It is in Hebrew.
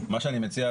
אני מציע,